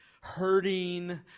hurting